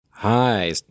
Hi